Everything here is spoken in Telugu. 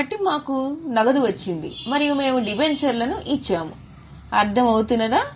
కాబట్టి మాకు నగదు వచ్చింది మరియు మేము డిబెంచర్లను ఇచ్చాము అర్థం అవుతున్నదా